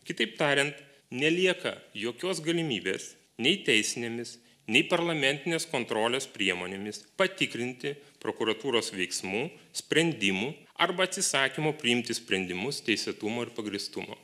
kitaip tariant nelieka jokios galimybės nei teisinėmis nei parlamentinės kontrolės priemonėmis patikrinti prokuratūros veiksmų sprendimų arba atsisakymo priimti sprendimus teisėtumo ir pagrįstumo